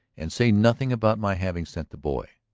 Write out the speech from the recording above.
and say nothing about my having sent the boy.